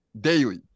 daily